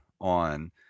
on